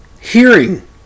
hearing